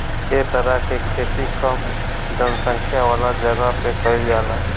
ए तरह के खेती कम जनसंख्या वाला जगह पे कईल जाला